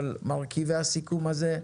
אבל מרכיבי הסיכום הזה,